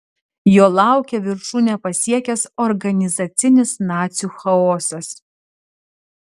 jo laukė viršūnę pasiekęs organizacinis nacių chaosas